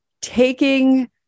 taking